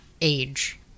age